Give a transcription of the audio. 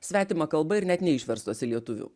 svetima kalba ir net neišverstos į lietuvių